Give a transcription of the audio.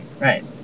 Right